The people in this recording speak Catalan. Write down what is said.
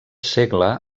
segle